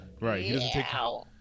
Right